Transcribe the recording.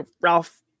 Ralph